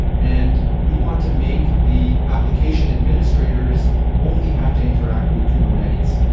and we want to make the application administrators only have to interact with kubernetes.